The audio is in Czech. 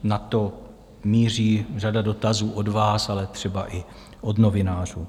Na to míří řada dotazů od vás, ale třeba i od novinářů.